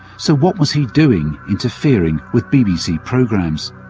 so what was he doing, interfering with bbc programs?